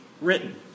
written